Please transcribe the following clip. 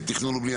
תכנון ובנייה,